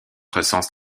recense